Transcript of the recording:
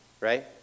right